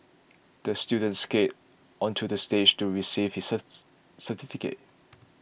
the student skated onto the stage to receive his certificate